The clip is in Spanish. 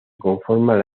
conforman